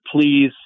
please